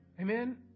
Amen